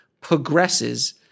progresses